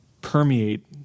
permeate